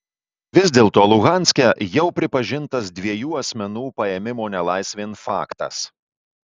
vis dėlto luhanske jau pripažintas dviejų asmenų paėmimo nelaisvėn faktas